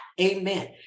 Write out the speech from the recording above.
amen